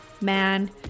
man